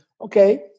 okay